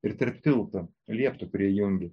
ir tarp tilto lieptu prijungi